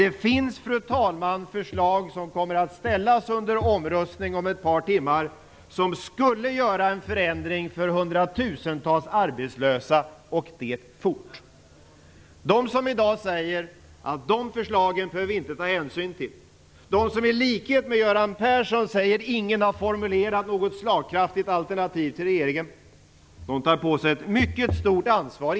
Det finns förslag som riksdagen om ett par timmar kommer att rösta om, som skulle innebära en förändring för hundratusentals arbetslösa - och det fort. De som i dag säger att vi inte behöver ta hänsyn till dessa förslag, och de som i likhet med Göran Persson säger att ingen har formulerat något slagkraftigt alternativ till regeringen tar på sig ett mycket stort ansvar.